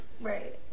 right